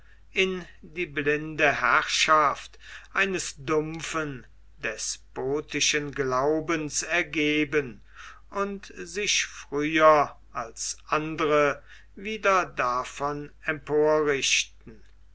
in die blinde herrschaft eines dumpfen despotischen glaubens ergeben und sich früher als andere wieder davon